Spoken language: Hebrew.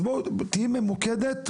אז תהיי ממוקדת,